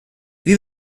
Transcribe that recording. wie